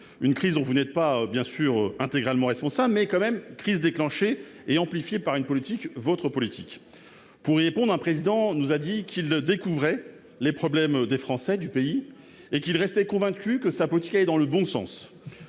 une crise dont vous n'êtes pas bien sûr intégralement responsable mais quand même crise déclenchée et amplifiée par une politique votre politique pour y pondre un président nous a dit qu'il découvrait les problèmes des Français du pays et qu'il restait convaincu que sa politique est dans le bon sens